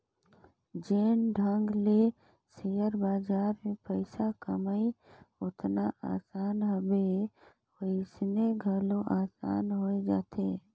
जेन ढंग ले सेयर बजार में पइसा कमई ओतना असान हवे वइसने घलो असान होए जाथे